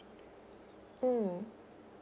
mm